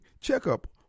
checkup